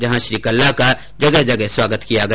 यहां श्री कल्ला का जगह जगह स्वागत किया गया